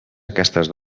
aquestes